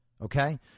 Okay